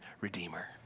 Redeemer